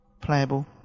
Playable